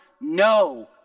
no